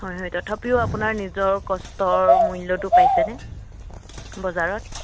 হয় হয় তথাপিও আপোনাৰ নিজৰ কষ্টৰ মূল্যটো পাইছেনে বজাৰত